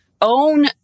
own